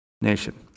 nation